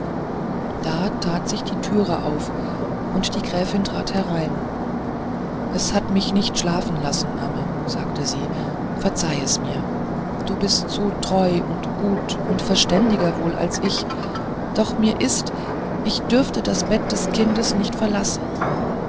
da tat sich die tür auf und die gräfin trat herein es hat mich nicht schlafen lassen amme sagte sie verzeih es mir du bist so treu und gut und verständiger wohl als ich und doch ist mir ich dürfte das bett des kindes nicht verlassen